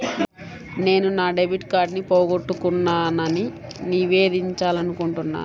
నేను నా డెబిట్ కార్డ్ని పోగొట్టుకున్నాని నివేదించాలనుకుంటున్నాను